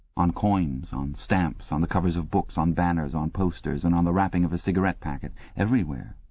on coins, on stamps, on the covers of books, on banners, on posters, and on the wrappings of a cigarette packet everywhere.